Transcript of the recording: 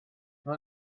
mae